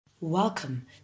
Welcome